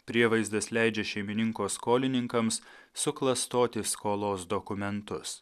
prievaizdas leidžia šeimininko skolininkams suklastoti skolos dokumentus